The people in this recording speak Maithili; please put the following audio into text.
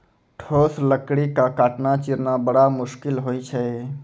ठोस लकड़ी क काटना, चीरना बड़ा मुसकिल होय छै